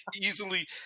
easily